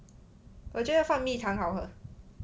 我觉得放蜜糖好喝